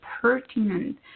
pertinent